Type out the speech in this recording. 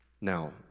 Now